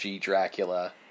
Dracula